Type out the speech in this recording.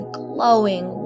glowing